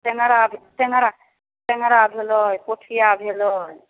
टेङ्गरा टेङ्गरा टेङ्गरा भेलै पोठिआ भेलै